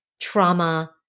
trauma